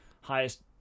highest